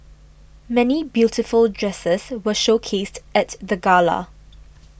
many beautiful dresses were showcased at the gala